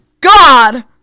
god